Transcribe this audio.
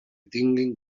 tinguin